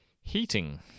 heating